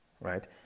right